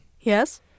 Yes